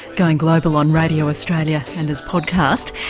going global on radio australia and as podcast.